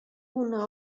una